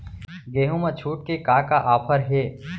गेहूँ मा छूट के का का ऑफ़र हे?